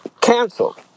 canceled